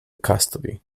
custody